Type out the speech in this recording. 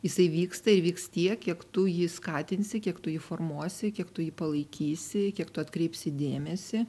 jisai vyksta ir vyks tiek kiek tu jį skatinsi kiek tu formuosi kiek tu jį palaikysi kiek tu atkreipsi dėmesį